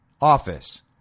office